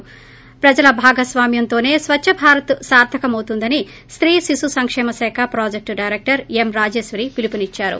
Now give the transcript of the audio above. ి ప్రజల భాగాస్వామ్యముతోనే స్వచ్చ భారత్ సార్దకమవుతుందని స్తీ శిశు సంకేమ శాఖ ప్రాజెక్టు డైరెక్టరు యం రాజేశ్వరి పిలుపునిచ్చారు